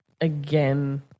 again